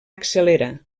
accelerar